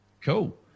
Cool